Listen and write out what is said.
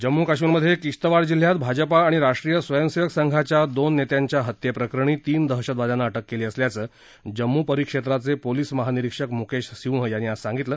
जम्मू कश्मीरमधे किश्तवाड जिल्ह्यात भाजपा आणि राष्ट्रीय स्वयंसेवक संघाच्या दोन नेत्यांच्या हत्येप्रकरणी तीन दहशतवाद्यांना अटक केली असल्याचं जम्मू परिक्षेत्राचे पोलीस महानिरीक्षक म्केश सिंह यांनी आज सांगितलं